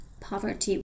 poverty